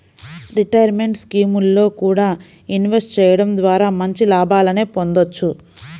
retirement స్కీముల్లో కూడా invest చెయ్యడం ద్వారా మంచి లాభాలనే పొందొచ్చు